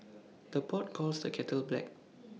the pot calls the kettle black